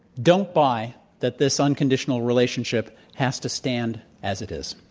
don't buy that this unconditional relationship has to stand as it is.